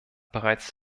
bereits